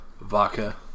vodka